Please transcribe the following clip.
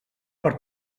per